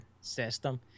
system